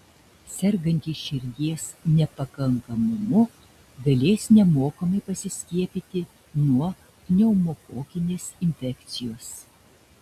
sergantys širdies nepakankamumu galės nemokamai pasiskiepyti nuo pneumokokinės infekcijos